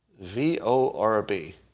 V-O-R-B